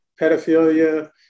pedophilia